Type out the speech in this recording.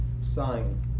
sign